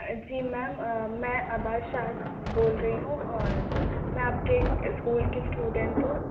جی ma'am میں ابا شعد بول رہی ہوں اور میں آپ کے ایک اسکول کی اسٹوڈنٹ ہوں